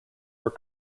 were